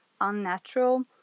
unnatural